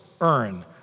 earn